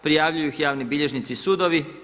Prijavljuju ih javni bilježnici i sudovi.